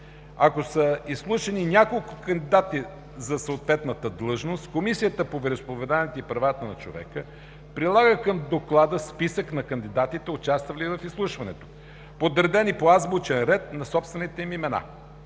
Ако са изслушани няколко кандидати за съответната длъжност, Комисията по вероизповеданията и правата на човека прилага към доклада списък на кандидатите, участвали в изслушването, подредени по азбучен ред на собствените им имена.